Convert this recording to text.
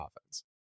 offense